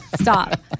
Stop